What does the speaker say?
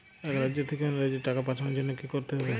এক রাজ্য থেকে অন্য রাজ্যে টাকা পাঠানোর জন্য কী করতে হবে?